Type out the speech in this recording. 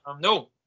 No